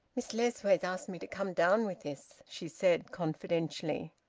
miss lessways asked me to come down with this, she said confidentially.